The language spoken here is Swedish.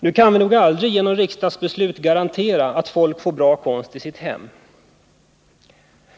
Nu kan vi nog aldrig genom riksdagsbeslut garantera att folk får bra konst i sina hem.